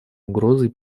угрозой